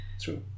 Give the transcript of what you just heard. true